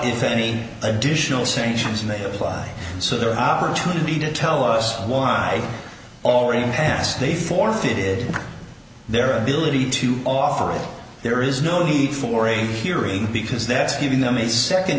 if any additional sanctions may apply so their opportunity to tell us why already passed they forfeited their ability to offer there is no need for a hearing because that's giving them a second